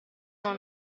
non